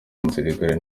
umusirikare